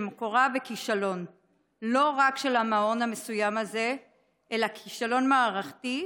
שמקורה בכישלון לא רק של המעון המסוים הזה אלא כישלון מערכתי,